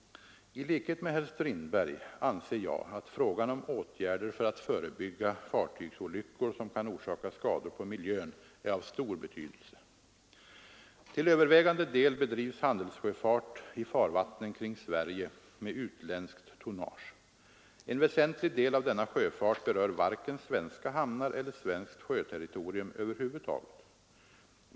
I likhet med herr Strindberg anser jag att frågan om åtgärder för att förebygga fartygsolyckor som kan orsaka skador på miljön är av stor betydelse. Till övervägande del bedrivs handelssjöfart i farvatten kring Sverige med utländskt tonnage. En väsentlig del av denna sjöfart berör varken svenska hamnar eller svenskt sjöterritorium över huvud taget.